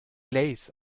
lace